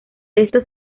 esto